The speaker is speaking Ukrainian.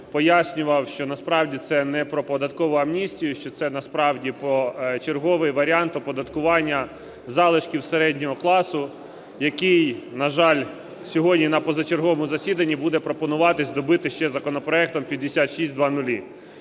пояснював, що насправді це не про податкову амністію, що це насправді про черговий варіант оподаткування залишків середнього класу, який, на жаль, сьогодні на позачерговому засіданні буде пропонуватись добити ще законопроектом 5600.